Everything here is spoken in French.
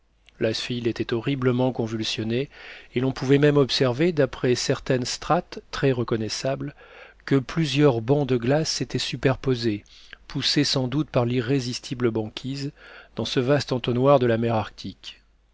l'icefield était horriblement convulsionné et l'on pouvait même observer d'après certaines strates très reconnaissables que plusieurs bancs de glace s'étaient superposés poussés sans doute par l'irrésistible banquise dans ce vaste entonnoir de la mer arctique